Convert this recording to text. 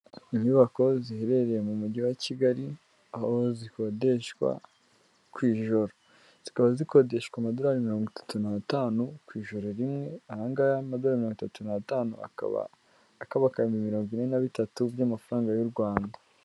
Inyubako ziherereye mu Mujyi wa Kigali aho zikodeshwa ku ijoro, zikaba zikodeshwa amadorari mirongo itatu n'atanu ku ijoro rimwe, aha ngaha amadorari mirongo itatu n'atanu akaba akabakaba ibihumbi mirongo ine na bitatu by'amafaranga y'u Rwanda.